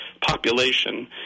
population